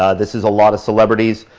ah this is a lot of celebrities.